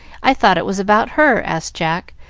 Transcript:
i thought it was about her, asked jack,